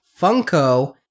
Funko